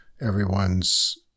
everyone's